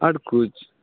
आओर कुछ